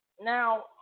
Now